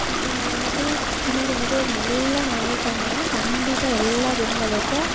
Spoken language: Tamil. இப்போ நான் வந்துட்டு பின்னாடி வந்துட்டு ஒரு நல்ல நிலைமைக்கு வந்தேனால் கண்டிப்பாக எல்லாப் பெண்களுக்கும்